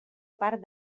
part